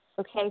okay